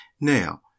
Now